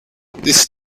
this